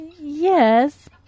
yes